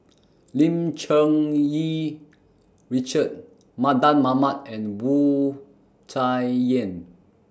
Lim Cherng Yih Richard Mardan Mamat and Wu Tsai Yen